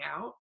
out